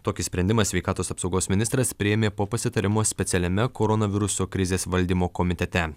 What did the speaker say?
tokį sprendimą sveikatos apsaugos ministras priėmė po pasitarimo specialiame koronaviruso krizės valdymo komitete